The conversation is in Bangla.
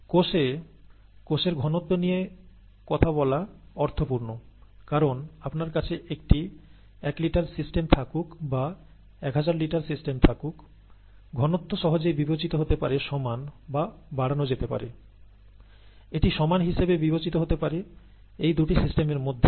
কোষে কোষের ঘনত্ব নিয়ে কথা বলা অর্থপূর্ণ কারণ আপনার কাছে একটি 1 লিটার সিস্টেম থাকুক বা 1000 লিটার সিস্টেম থাকুক ঘনত্ব সহজেই বিবেচিত হতে পারে সমান বা বাড়ানো যেতে পারে এটি সমান হিসেবে বিবেচিত হতে পারে এই দুটি সিস্টেমের মধ্যে